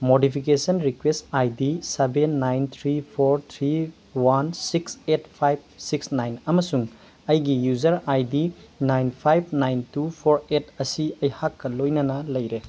modification request I D seven nine three four three one six eight five six nine ꯑꯃꯁꯨꯡ ꯑꯩꯒꯤ user I D nine five nine two four eight ꯑꯁꯤ ꯑꯩꯍꯥꯛꯀ ꯂꯣꯏꯅꯅ ꯂꯩꯔꯦ